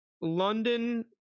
london